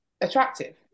attractive